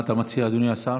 מה אתה מציע, אדוני השר?